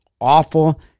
Awful